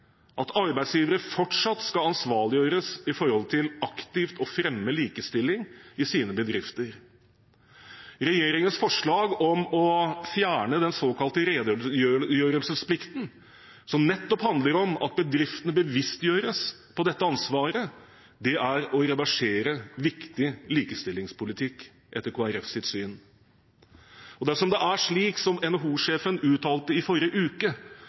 at arbeidsgivere fortsatt skal ansvarliggjøres når det gjelder aktivt å fremme likestilling i sine bedrifter. Regjeringens forslag om å fjerne den såkalte redegjørelsesplikten, som nettopp handler om at bedriftene bevisstgjøres på dette ansvaret, er å reversere viktig likestillingspolitikk, etter Kristelig Folkepartis syn. Dersom det er slik som NHO-sjefen uttalte i forrige uke,